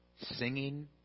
singing